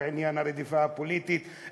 בעניין הרדיפה הפוליטית,